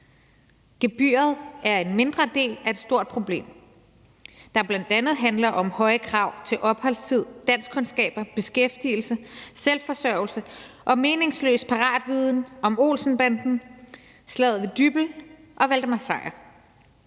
Gebyret er en mindre del af et stort problem, der bl.a. handler om høje krav til opholdstid, danskkundskaber, beskæftigelse, selvforsørgelse og meningsløs paratviden om Olsen-banden, slaget ved Dybbøl og Valdemar Sejr.